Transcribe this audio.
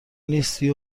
نیستی